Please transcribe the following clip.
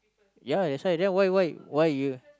yeah that's why then why why why you